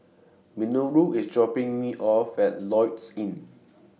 Minoru IS dropping Me off At Lloyds Inn